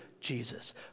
Jesus